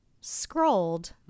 scrolled